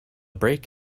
break